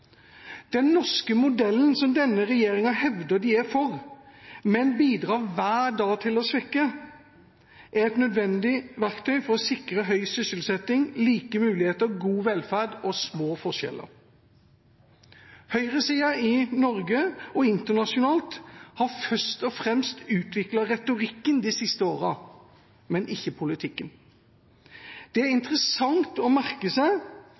Den norske modellen – som denne regjeringa hevder den er for, men bidrar hver dag til å svekke – er et nødvendig verktøy for å sikre høy sysselsetting, like muligheter, god velferd og små forskjeller. Høyresida i Norge og internasjonalt har først og fremst utviklet retorikken de siste årene, men ikke politikken. Det er interessant å merke seg